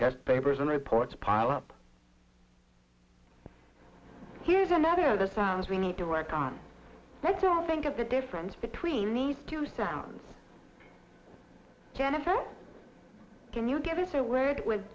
test papers and reports pile up here's another that sounds we need to work on that so i think of the difference between needs to sound jennifer can you give us a word with